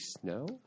Snow